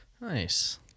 nice